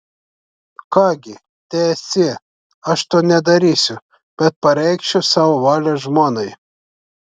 ką gi teesie aš to nedarysiu bet pareikšiu savo valią žmonai